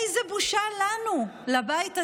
איזו בושה לנו, לבית הזה,